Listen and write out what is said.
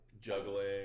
juggling